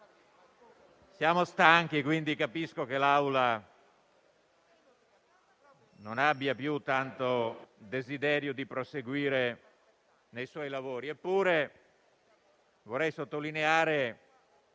siamo stanchi e quindi capisco che l'Assemblea possa non avere più tanto desiderio di proseguire nei suoi lavori*.* Eppure vorrei sottolineare